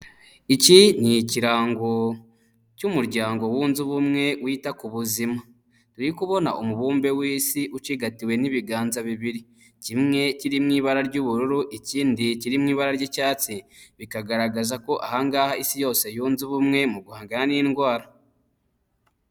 Iki ni ikirango cy'umuryango wunze ubumwe wita ku buzima, turi kubona umubumbe w'isi ucigatiwe n'ibiganza bibiri, kimwe kiri mu ibara ry'ubururu, ikindi kiri mu ibara ry'icyatsi bikagaragaza ko aha ngaha isi yose yunze ubumwe mu guhangana n'indwara.